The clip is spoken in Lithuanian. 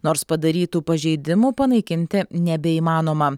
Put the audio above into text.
nors padarytų pažeidimų panaikinti nebeįmanoma